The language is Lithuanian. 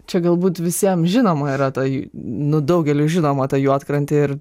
čia galbūt visiem žinoma yra ta nu daugeliui žinoma ta juodkrantė ir